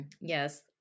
Yes